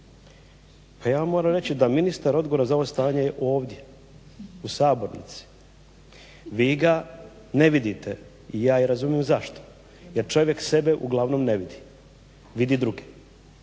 Pa ja moram reći da ministar odgovoran za ovo stanje je ovdje u sabornici. Vi ga ne vidite, ja i razumijem zašto. Jer čovjek sebe uglavnom ne vidi, vidi druge.